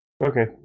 Okay